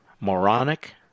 moronic